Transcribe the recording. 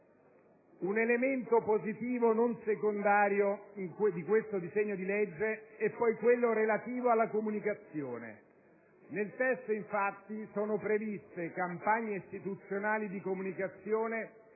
Un elemento positivo non secondario di questo disegno di legge è poi quello relativo alla comunicazione. Nel testo, infatti, sono previste campagne istituzionali di comunicazione